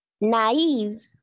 naive